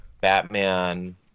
Batman